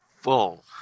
full